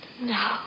No